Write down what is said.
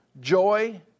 joy